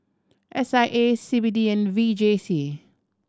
S I A C B D and V J C